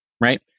right